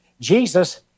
Jesus